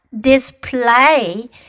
display